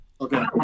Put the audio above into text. Okay